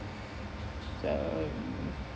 so